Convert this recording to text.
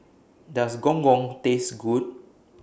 Does Gong Gong Taste Good